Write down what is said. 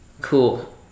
cool